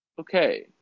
okay